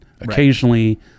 Occasionally